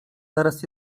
teraz